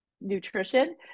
nutrition